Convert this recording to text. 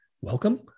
welcome